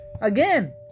again